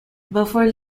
before